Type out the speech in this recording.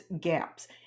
gaps